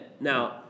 Now